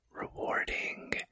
rewarding